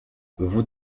vous